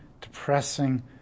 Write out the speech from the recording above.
depressing